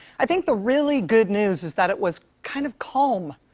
i think the really good news is that it was kind of calm.